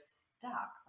stuck